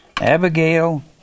Abigail